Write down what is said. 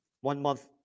one-month